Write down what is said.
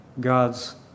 God's